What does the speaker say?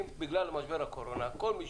אם בגלל משבר הקורונה כל מי